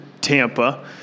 Tampa